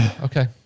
Okay